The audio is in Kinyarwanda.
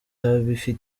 uburenganzira